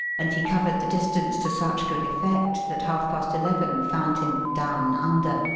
and he covered the distance to such good effect that half-past eleven found him down under,